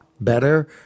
better